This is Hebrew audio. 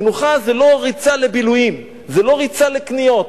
מנוחה זה לא ריצה לבילויים, זה לא ריצה לקניות.